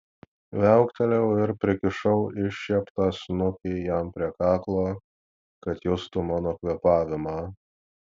viauktelėjau ir prikišau iššieptą snukį jam prie kaklo kad justų mano kvėpavimą